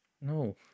No